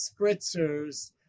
spritzers